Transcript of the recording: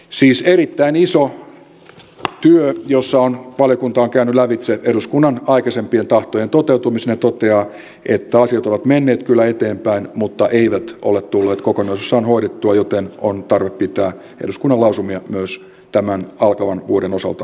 siis erittäin iso työ jossa valiokunta on käynyt lävitse eduskunnan aikaisempien tahtojen toteutumisen ja toteaa että asiat ovat menneet kyllä eteenpäin mutta eivät ole tulleet kokonaisuudessaan hoidettua joten on tarve pitää eduskunnan lausumia myös tämän alkavan vuoden osalta voimassa